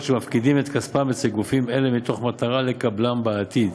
שמפקידים את כספם אצל גופים אלה כדי לקבלם בעתיד,